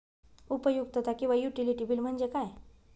उपयुक्तता किंवा utility bill म्हणजे काय?